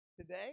today